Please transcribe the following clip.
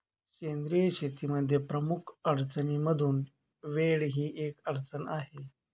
सेंद्रिय शेतीमध्ये प्रमुख अडचणींमधून वेळ ही एक अडचण आहे